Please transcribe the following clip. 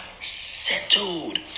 settled